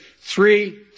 three